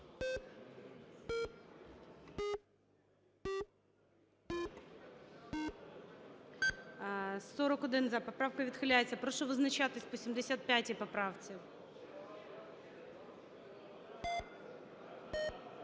За-41 Поправка відхиляється. Прошу визначатися по 75 поправці.